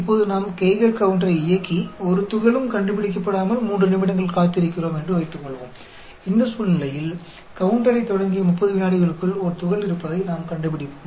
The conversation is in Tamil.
இப்போது நாம் கெய்கர் கவுன்டரை இயக்கி ஒரு துகளும் கண்டுபிடிக்கப்படாமல் 3 நிமிடங்கள் காத்திருக்கிறோம் என்று வைத்துக்கொள்வோம் இந்த சூழ்நிலையில் கவுன்டரைத் தொடங்கிய 30 விநாடிகளுக்குள் ஒரு துகள் இருப்பதை நாம் கண்டுபிடிப்போம்